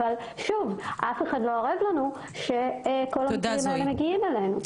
אבל אף אחד לא ערב לנו שכל המקרים מגיעים אלינו.